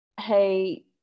hey